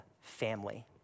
family